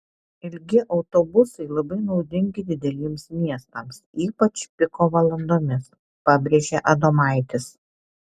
ilgi autobusai labai naudingi dideliems miestams ypač piko valandomis pabrėžė adomaitis